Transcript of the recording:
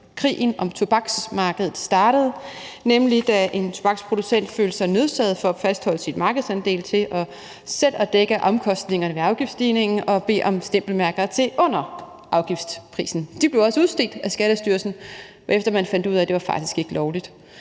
krigen om tobaksmarkedet startede, nemlig da en tobaksproducent for at fastholde sin markedsandel følte sig nødsaget til selv at dække omkostningerne ved afgiftsstigningen og bede om stempelmærker til under afgiftsprisen. De blev også udstedt af Skattestyrelsen, hvorefter man fandt ud af, at det faktisk ikke var lovligt,